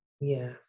Yes